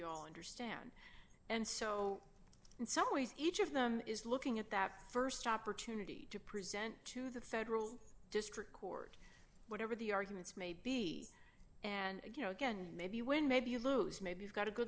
all understand and so in some ways each of them is looking at that st opportunity to present to the federal district court whatever the arguments may be and you know again maybe when maybe you lose maybe you've got a good